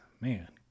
Man